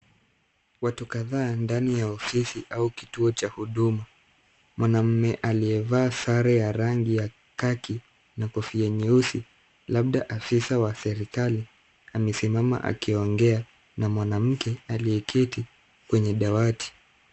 Watu kadhaa ndani ya ofisi au kituo cha huduma. Mwanamume aliyevaa sare ya rangi ya kaki na kofia nyeusi labda afisa wa serikali amesimama akiongea na mwanamke aliyeketi kwenye dawati.